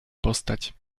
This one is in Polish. postać